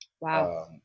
Wow